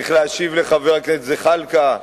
צריך להשיב לחבר הכנסת זחאלקה,